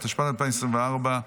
התשפ"ד 2024,